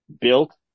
built